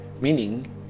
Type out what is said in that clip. meaning